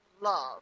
love